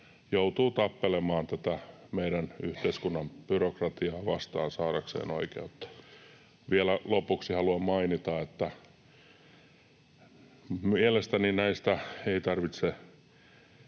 joutuu tappelemaan tätä meidän yhteiskunnan byrokratiaa vastaan saadakseen oikeutta. Vielä lopuksi haluan mainita, että mielestäni näistä ei tarvitse